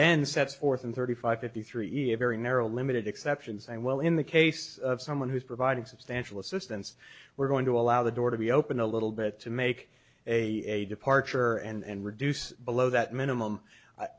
then sets forth in thirty five fifty three a very narrow limited exceptions i will in the case of someone who's providing substantial assistance we're going to allow the door to be open a little bit to make a departure and reduce below that minimum